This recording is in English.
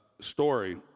story